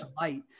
light